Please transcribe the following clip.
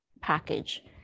package